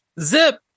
Zip